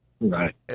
right